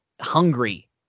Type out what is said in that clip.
Hungry